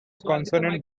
consonant